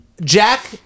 jack